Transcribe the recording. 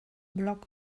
blog